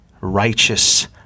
Righteous